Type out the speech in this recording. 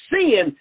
sin